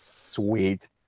Sweet